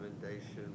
recommendation